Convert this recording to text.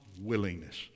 willingness